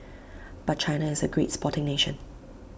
but China is A great sporting nation